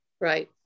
Right